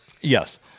Yes